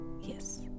yes